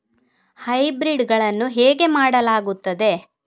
Hybrid ಗಳನ್ನು ಹೇಗೆ ಮಾಡಲಾಗುತ್ತದೆ?